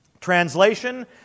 Translation